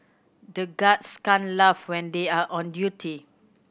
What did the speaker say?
the guards can't laugh when they are on duty